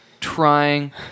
trying